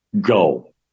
go